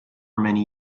many